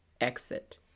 exit